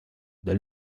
del